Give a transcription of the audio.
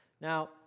Now